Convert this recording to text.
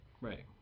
Right